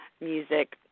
music